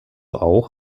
auch